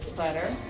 butter